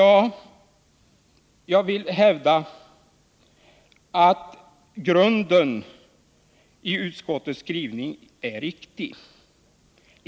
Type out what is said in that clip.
Jag vill hävda att grunden i utskottets skrivning är riktig.